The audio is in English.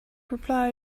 reply